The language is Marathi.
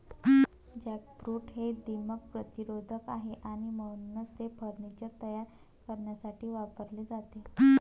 जॅकफ्रूट हे दीमक प्रतिरोधक आहे आणि म्हणूनच ते फर्निचर तयार करण्यासाठी वापरले जाते